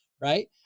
Right